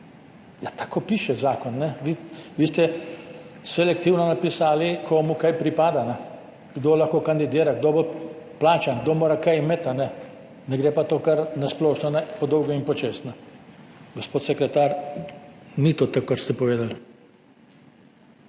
tako piše zakon, kajne. Vi ste selektivno napisali, komu kaj pripada, kdo lahko kandidira, kdo bo plačan, kdo mora kaj imeti. Ne gre pa to kar na splošno po dolgem in počez, kajne. Gospod sekretar, ni to tako, kot ste povedali.